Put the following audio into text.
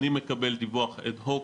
אני מקבל דיווח אד-הוק,